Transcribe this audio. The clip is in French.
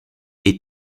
est